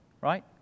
Right